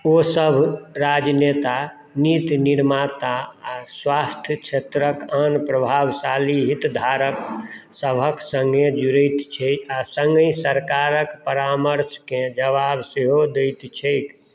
ओसभ राजनेता नीति निर्माता आ स्वास्थ्य क्षेत्रक आन प्रभावशाली हितधारक सभक सङ्गे जुड़ैत छै आ सङ्गहि सरकारक परामर्शकेँ जवाब सेहो दैत छैक